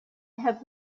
have